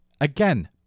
Again